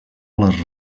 les